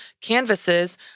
canvases